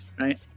right